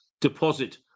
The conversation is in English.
deposit